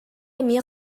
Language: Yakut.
эмиэ